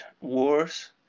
wars